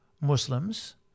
Muslims